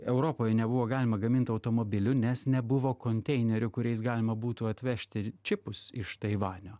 europoje nebuvo galima gamint automobilių nes nebuvo konteinerių kuriais galima būtų atvežti čipus iš taivanio